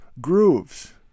grooves